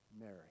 Mary